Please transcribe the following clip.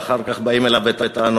ואחר כך באים אליו בטענות,